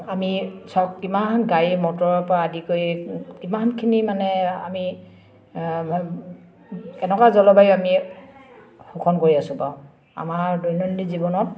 আমি চক কিমান গাড়ী মটৰৰ পৰা আদি কৰি কিমানখিনি মানে আমি কেনেকুৱা জলবায়ু আমি শোষণ কৰি আছোঁ বাৰু আমাৰ দৈনন্দিন জীৱনত